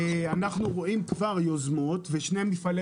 אנחנו רואים כבר יוזמות להקמת שני מפעלי